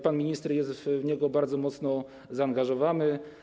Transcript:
Pan minister jest w niego bardzo mocno zaangażowany.